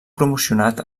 promocionat